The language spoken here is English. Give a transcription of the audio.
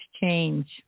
change